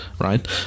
right